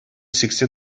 сиксе